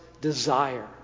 desire